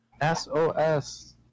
S-O-S